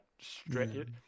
straight